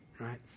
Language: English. right